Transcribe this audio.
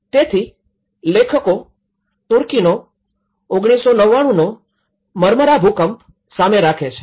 તેથી લેખકો તુર્કીનો ૧૯૯૯નો માર્મરા ભૂકંપ સામે રાખે છે